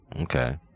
Okay